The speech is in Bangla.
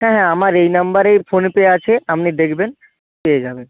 হ্যাঁ হ্যাঁ আমার এই নাম্বারের ফোনপে আছে আপনি দেখবেন পেয়ে যাবেন